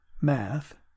math